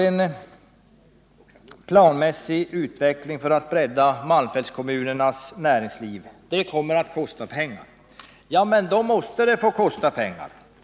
En planmässig utveckling för att bredda malmfältskommunernas näringsliv kommer att kosta pengar. Ja, men då måste det få göra det.